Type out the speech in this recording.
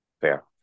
Fair